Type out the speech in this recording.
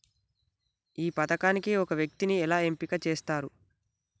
ఈ పథకానికి ఒక వ్యక్తిని ఎలా ఎంపిక చేస్తారు?